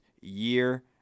year